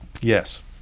Yes